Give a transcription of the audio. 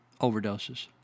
overdoses